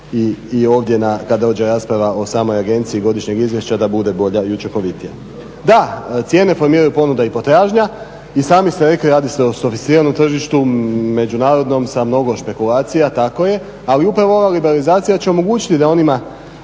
i ovdje kad dođe rasprava o samoj agenciji godišnjeg izvješća da bude bolja i učinkovitija. Da, cijene formiraju ponuda i potražnja. I sami ste rekli radi se o sofisticiranom tržištu, međunarodnom sa mnogo špekulacija, tako je. Ali upravo ova liberalizacija će omogućiti da onima